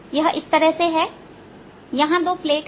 यह इस तरह से हैयहां दो प्लेट है